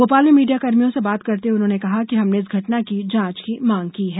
भोपाल में मीडियाकर्मियों से बात करते हुए उन्होंने कहा कि हमने इस घटना की जांच की मांग की है